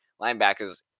linebackers